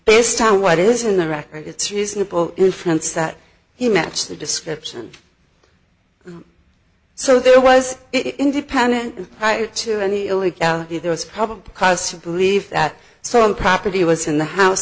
based on what is in the record it's reasonable inference that he matched the description so there was independent prior to any illegality there was probable cause to believe that some property was in the house